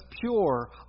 pure